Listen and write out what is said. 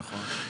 נכון.